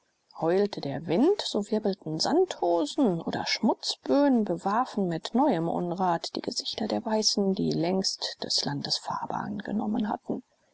heulte der wind so wirbelten sandhosen oder schmutzböen bewarfen mit neuem unrat die gesichter der weißen die längst des landes farbe angenommen hatten